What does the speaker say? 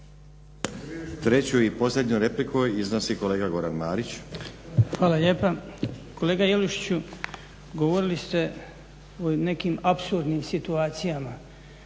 Treću i posljednju repliku iznosi kolega Goran Marić. **Marić, Goran (HDZ)** Hvala lijepa. Kolega Jelušiću govorili ste o nekim apsurdnim situacijama,